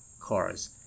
cars